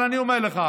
אבל אני אומר לך,